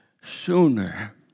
sooner